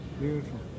Beautiful